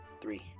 three